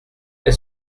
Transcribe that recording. est